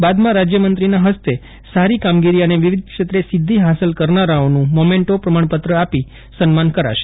બાદમાં રાજયમંત્રીશ્રીના ફસ્તે સારી કામગીરી અને વિવિધક્ષેત્રે સિધ્યિ ફાંસલ કરનારાઓનું મોમેન્ટો પ્રમાણપત્ર આપી સન્માન કરાશે